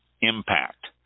impact